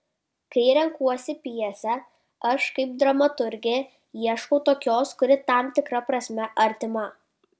kai renkuosi pjesę aš kaip dramaturgė ieškau tokios kuri tam tikra prasme artima